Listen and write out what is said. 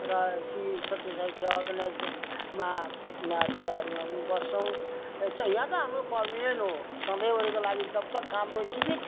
र श्री सत्य साई सेवा अर्गनाइजमा यहाँ कोलाबरीमा नि बस्छौँ र यहाँ त हाम्रो पर्मनेन्ट हो सधैँ भरिको लागि जबतक हाम्रो जीवित